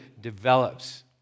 develops